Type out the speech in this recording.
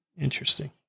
Interesting